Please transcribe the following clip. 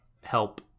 Help